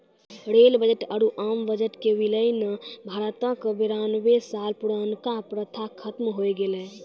rail budget आरु आम budget के विलय ने भारतो के बेरानवे साल पुरानका प्रथा खत्म होय गेलै